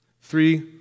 Three